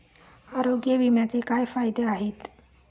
आरोग्य विम्याचे काय फायदे आहेत?